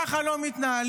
ככה לא מתנהלים,